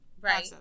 right